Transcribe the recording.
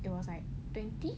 it was like twenty